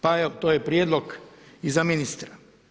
Pa evo to je prijedlog i za ministra.